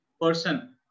person